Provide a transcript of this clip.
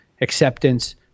acceptance